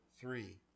three